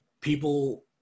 people